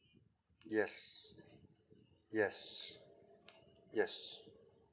yes yes yes